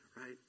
right